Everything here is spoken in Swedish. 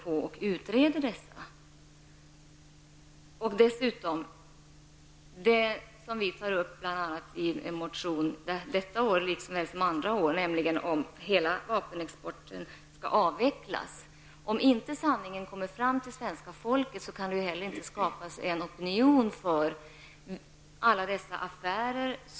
I bl.a. motion i år liksom tidigare år har vi tagit upp frågan om en avveckling av hela vår vapenexport. Blir inte sanningen känd för svenska folket kan det inte heller skapas någon opinion beträffande dessa affärer.